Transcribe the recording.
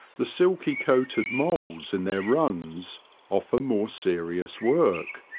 the silky-coated moles in their runs offer more serious work,